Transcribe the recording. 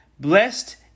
Blessed